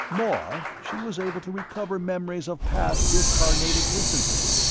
more, she was able to recover memories of past discarnate existences,